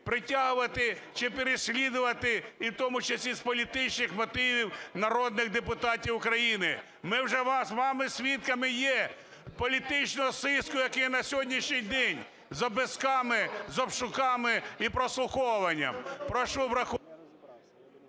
притягувати чи переслідувати і в тому числі з політичних мотивів народних депутатів України. Ми вже з вами є свідками політичного сыска, який на сьогоднішній день з обшуками і прослуховуваннями.